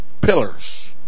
pillars